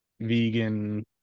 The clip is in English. vegan